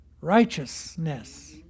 righteousness